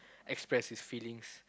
express his feelings